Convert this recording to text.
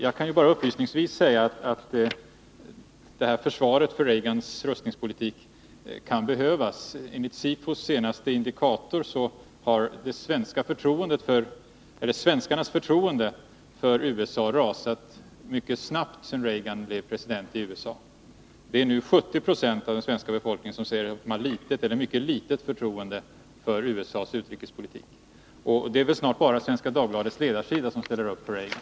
Jag kan upplysningsvis nämna att detta försvar för Reagans rustningspolitik kan behövas. Enligt SIFO:s senaste indikator har svenskarnas förtroende för USA rasat mycket snabbt sedan Reagan blev president i USA. Det är nu 70 Jo av den svenska befolkningen som säger att de har litet eller mycket litet förtroende för USA:s utrikespolitik. Det är väl snart bara Svenska Dagbladets ledarsida som ställer upp för Reagan.